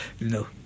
No